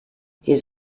his